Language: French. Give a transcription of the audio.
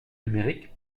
numérique